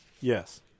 Yes